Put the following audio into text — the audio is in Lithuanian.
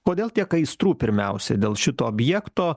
kodėl tiek aistrų pirmiausia dėl šito objekto